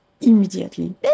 Immediately